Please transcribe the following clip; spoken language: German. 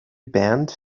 band